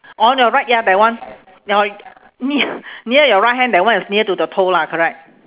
on your right ya that one your nea~ near your right hand that one is near to the toe lah correct